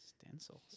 Stencils